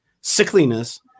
sickliness